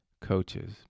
coaches